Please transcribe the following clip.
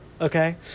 okay